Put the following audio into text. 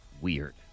Weird